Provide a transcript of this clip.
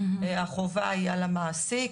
החובה היא על המעסיק.